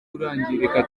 kurangirika